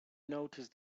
notice